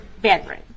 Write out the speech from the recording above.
bedroom